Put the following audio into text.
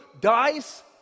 dies